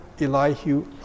Elihu